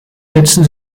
setzen